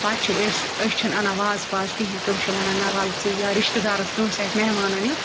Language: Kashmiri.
پَتہٕ چھِ أسۍ أسۍ چھِنہٕ اَنان وازٕ پازٕ کِہیٖنۍ تِم چھِ وَنان نہ وَلہٕ ژٕے یا رِشتہٕ دارَس کٲنٛسہِ آسہِ مہمانَن یُن